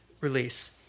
release